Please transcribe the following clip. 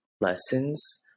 lessons